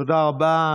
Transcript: תודה רבה.